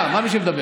מה, מה "מי שמדבר"?